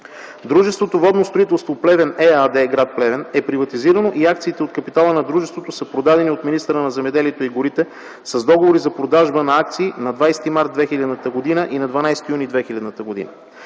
Дружеството „Водно строителство - Плевен” ЕАД, гр. Плевен е приватизирано и акциите от капитала на дружеството са продадени от министъра на земеделието и горите с Договори за продажба на акции на 20 март 2000 г. и на 12 юни 2000 г.